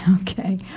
Okay